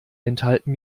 enthalten